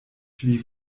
pli